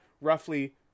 roughly